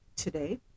Today